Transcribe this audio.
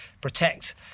protect